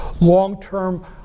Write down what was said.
Long-term